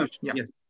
Yes